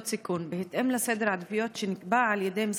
סיכון בהתאם לסדר עדיפויות שנקבע על ידי משרדך.